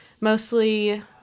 mostly